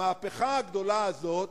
המהפכה הגדולה הזאת,